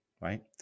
right